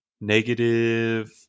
Negative